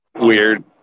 Weird